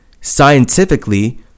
scientifically